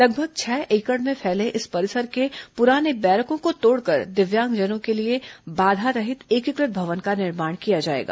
लगभग छह एकड़ में फैले इस परिसर के पुराने बैरकों को तोड़कर दिव्यांगजनों के लिए बाधारहित एकीकृत भवन का निर्माण किया जाएगा